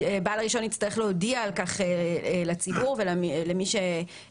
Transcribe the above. בעל הרישיון יצטרך להודיע על כך לציבור ולמי שמשתמש